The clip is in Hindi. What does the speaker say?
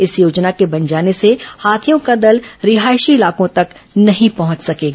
इस योजना के बन जाने से हाथियों का दल रिहायशी इलाकों तक नहीं पहुंच सकेगा